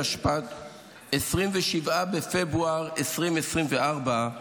התשפ"ד, 27 בפברואר 2024,